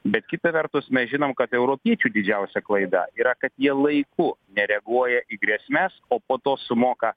bet kita vertus mes žinom kad europiečių didžiausia klaida yra kad jie laiku nereaguoja į grėsmes o po to sumoka